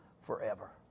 forever